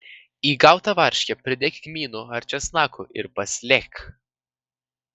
į gautą varškę pridėk kmynų ar česnakų ir paslėk